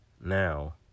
Now